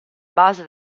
base